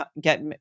get